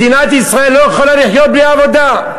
מדינת ישראל לא יכולה לחיות בלי עבודה.